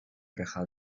reja